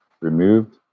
removed